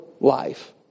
life